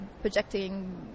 projecting